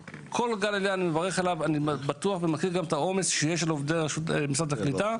ואני מכיר את העומס שיש על עובדי משרד הקליטה,